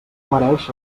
mereix